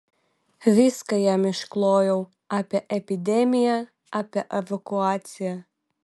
viską jam išklojau apie epidemiją apie evakuaciją